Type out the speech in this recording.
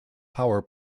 power